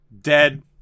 dead